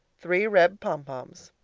three red pompoms.